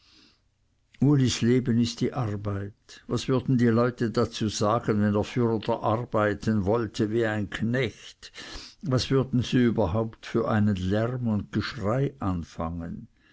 ulis leben ist die arbeit was würden die leute dazu sagen wenn er fürder arbeiten wollte wie ein knecht was würden sie überhaupt für einen lärm und geschrei anfangen